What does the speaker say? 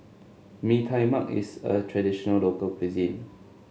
Mee Tai Mak is a traditional local cuisine